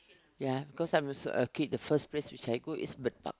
ya I'm also a kid the first place which I go is Bird-Park